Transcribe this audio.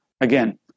again